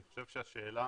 אני חושב שהשאלה